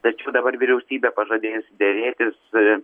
tačiau dabar vyriausybė pažadėjusi derėtis